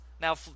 now